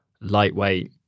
lightweight